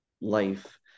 life